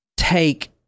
Take